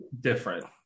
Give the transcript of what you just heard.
different